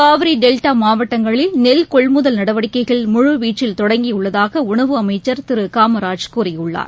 காவிரிடெல்டாமாவட்டங்களில் நெல் கொள்முதல் நடவடிக்கைகள் முழு வீச்சில் தொடங்கியுள்ளதாகஉணவு அமைச்சர் திருகாமராஜ் கூறியுள்ளார்